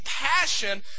passion